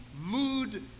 mood